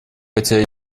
хотя